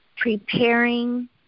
preparing